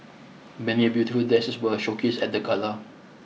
many beautiful dresses were showcased at the gala